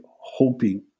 hoping